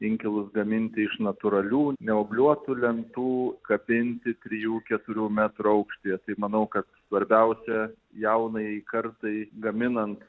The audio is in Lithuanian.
inkilus gaminti iš natūralių neobliuotų lentų kabinti trijų keturių metrų aukštyje tai manau kad svarbiausia jaunajai kartai gaminant